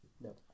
No